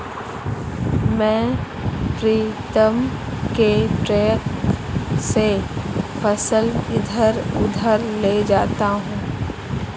मैं प्रीतम के ट्रक से फसल इधर उधर ले जाता हूं